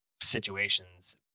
situations